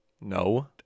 No